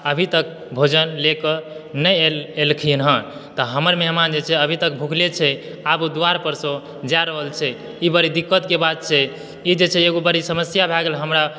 अभी तक भोजन ले क नहि एलखिन हँ त हमर मेहमान जे छै अभी तक भूखले छै आब ओ द्वार पर से जा रहल छै ई बड़ी दिक्कत के बात छै ई जे छै एगो बड़ी समस्या भए गेल हमरा